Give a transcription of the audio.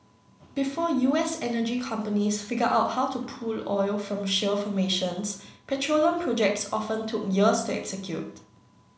before U S energy companies figured out how to pull oil from shale formations petroleum projects often took years to execute